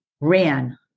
ran